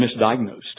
misdiagnosed